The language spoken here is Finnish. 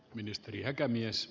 arvoisa puhemies